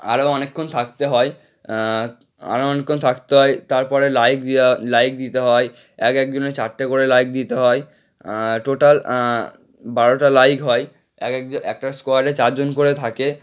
আরো অনেকক্ষণ থাকতে হয় আরো অনেকক্ষণ থাকতে হয় তারপরে লাইক দেওয়া লাইক দিতে হয় এক এক জনের চারটে করে লাইক দিতে হয় টোটাল বারোটা লাইক হয় এক একজন একটা স্কোয়াডে চার জন করে থাকে